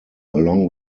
along